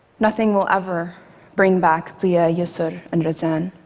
nothing will ever bring back deah, yusor and razan.